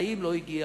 האם לא הגיע